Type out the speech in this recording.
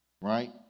Right